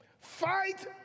Fight